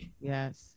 Yes